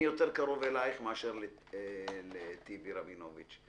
אני יותר קרוב אליך מאשר אל טיבי רבינוביץ,